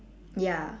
ya